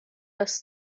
aus